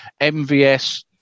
MVS